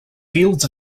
fields